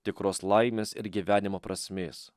tikros laimės ir gyvenimo prasmės